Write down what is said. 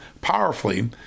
powerfully